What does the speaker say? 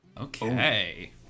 Okay